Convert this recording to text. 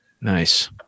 nice